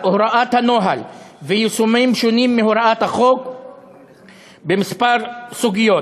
הוראות הנוהל ויישומן שונים מהוראות החוק בכמה סוגיות: